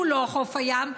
שהוא לא חוף הים,